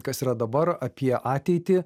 kas yra dabar apie ateitį